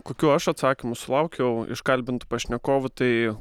kokių aš atsakymų sulaukiau iš kalbintų pašnekovų tai